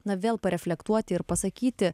na vėl pareflektuoti ir pasakyti